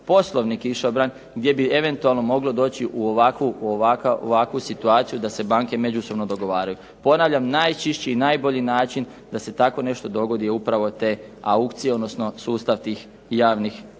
poslovni kišobran gdje bi eventualno moglo doći u ovakvu situaciju da se banke međusobno dogovaraju. Ponavljam, najčišći i najbolji način da se takvo nešto dogodi je upravo te aukcije, odnosno sustav tih javnih